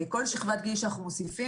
כל שכבת גיל שאנחנו מוספים,